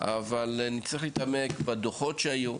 אבל אני צריך להתעמק בדוחות שהיו,